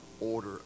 order